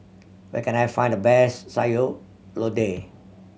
where can I find the best Sayur Lodeh